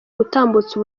gutambutsa